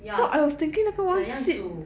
ya 怎样煮